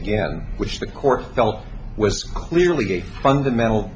again which the court felt was clearly a fundamental